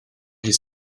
his